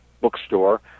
bookstore